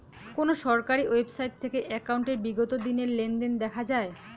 কোন সরকারি ওয়েবসাইট থেকে একাউন্টের বিগত দিনের লেনদেন দেখা যায়?